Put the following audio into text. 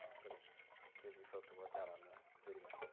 going to give you folks a workout on the video.